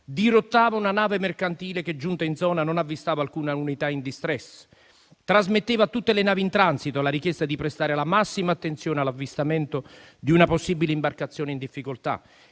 dirottava una nave mercantile che, giunta in zona, non avvistava alcuna unità in *distress*, trasmetteva a tutte le navi in transito la richiesta di prestare la massima attenzione all'avvistamento di una possibile imbarcazione in difficoltà